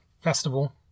festival